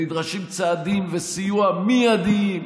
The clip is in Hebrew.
נדרשים צעדים וסיוע מיידיים,